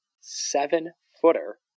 seven-footer